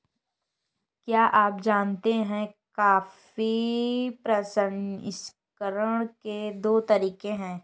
क्या आप जानते है कॉफी प्रसंस्करण के दो तरीके है?